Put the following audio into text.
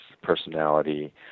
personality